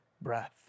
breath